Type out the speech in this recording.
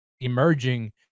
emerging